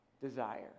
desire